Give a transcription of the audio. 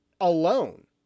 alone